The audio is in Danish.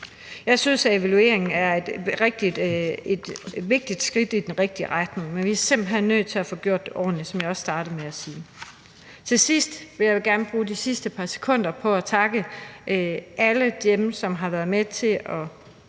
Jeg synes, at evalueringen er et vigtigt skridt i den rigtige retning, men vi er simpelt hen nødt til at få gjort det ordentligt, som jeg også startede med at sige. Til sidst vil jeg gerne bruge de sidste par sekunder på at takke alle dem, som har været med til at